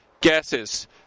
gases